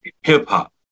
hip-hop